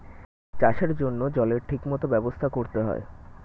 চাষের জন্য জলের ঠিক মত ব্যবস্থা করতে হয়